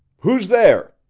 who's there?